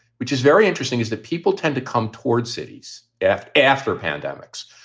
which is very interesting, is that people tend to come toward cities after after pandemics.